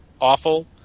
awful